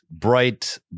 bright